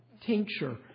tincture